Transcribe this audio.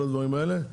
כל הדברים האלה.